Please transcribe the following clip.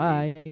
Bye